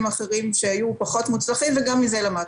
אחרים שהיו פחות מוצלחים וגם מזה למדנו.